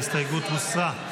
ההסתייגות הוסרה.